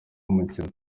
umukino